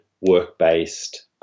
work-based